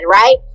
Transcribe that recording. right